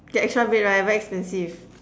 get extra bed right very expensive